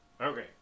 Okay